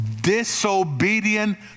disobedient